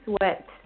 sweat